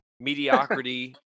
mediocrity